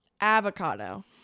Avocado